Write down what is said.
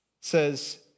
says